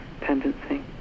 tendency